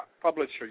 publisher